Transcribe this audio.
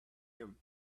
him